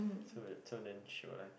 so that so then she will lie